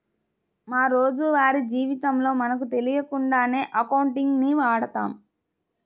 మా రోజువారీ జీవితంలో మనకు తెలియకుండానే అకౌంటింగ్ ని వాడతాం